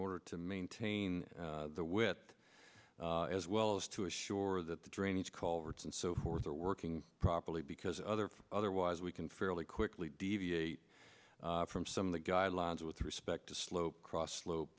order to maintain the wit as well as to assure that the drainage call routes and so forth are working properly because other otherwise we can fairly quickly deviate from some of the guidelines with respect to slope cross slope